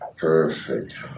Perfect